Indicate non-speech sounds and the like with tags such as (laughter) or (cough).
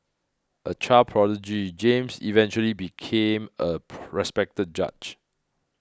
a child prodigy James eventually became a (noise) respected judge